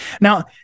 now